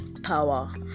Power